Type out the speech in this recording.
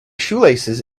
shoelaces